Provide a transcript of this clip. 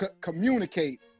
communicate